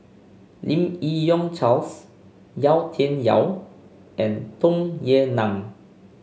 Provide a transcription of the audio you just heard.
Lim Yi Yong Charles Yau Tian Yau and Tung Yue Nang